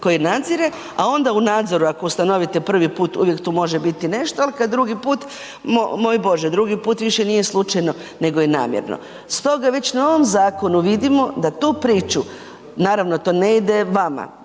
koji nadzire, a onda u nadzoru ako ustanovite prvi put, uvijek tu može biti nešto, ali kad drugi put, moj Bože, drugi put više nije slučajno nego je namjerno. Stoga već na ovom zakonu vidimo da tu priču, naravno to ne ide vama,